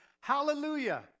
hallelujah